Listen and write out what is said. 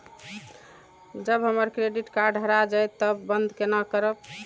जब हमर credit card हरा जयते तब बंद केना करब?